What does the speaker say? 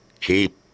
Keep